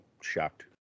shocked